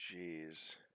jeez